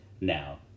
now